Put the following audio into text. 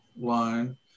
line